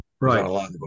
Right